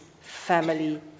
family